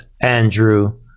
Andrew